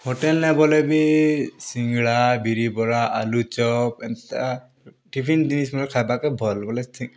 ହୋଟେଲ୍ନେ ବୋଲେ ବି ସିଙ୍ଗଡ଼ା ବିରି ବରା ଆଲୁଚପ୍ ଏନ୍ତା ଟିଫିନ୍ ଖାବାକେ ଭଲ୍ ବୋଲେ